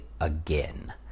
again